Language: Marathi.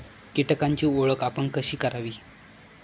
कीटकांची ओळख आपण कशी करावी?